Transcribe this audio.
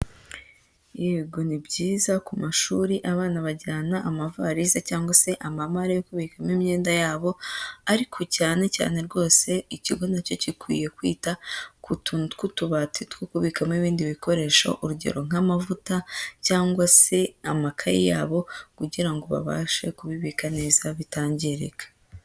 Yego ni byiza ku mashuri abana bajyana amavalise cyangwa se amamare yo kubikamo imyenda yabo ariko cyane cyane rwose ikigo nacyo gikwiye kwita ku tuntu tw'utubati two kubikamo ibindi bikoresho, urugero nk'amavuta cyangwa se amakaye yabo kugira ngo babashe kubibika neza bitangirika.